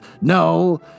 No